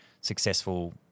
successful